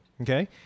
okay